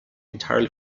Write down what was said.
entirely